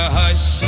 hush